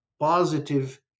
positive